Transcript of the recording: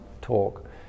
talk